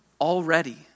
already